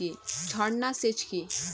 ঝর্না সেচ কি?